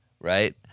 right